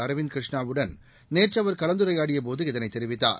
அரவிந்த் கிருஷ்ணாவுடன் நேற்று அவர் கலந்துரையாடியபோது இதனைத் தெரிவித்தார்